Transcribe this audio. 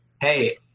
hey